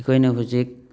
ꯑꯩꯈꯣꯏꯅ ꯍꯧꯖꯤꯛ